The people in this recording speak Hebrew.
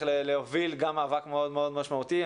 להוביל גם מאבק מאוד מאוד משמעותי.